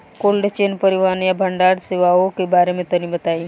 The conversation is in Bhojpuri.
कोल्ड चेन परिवहन या भंडारण सेवाओं के बारे में तनी बताई?